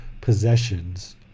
possessions